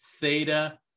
theta